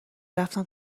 رفتم